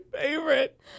favorite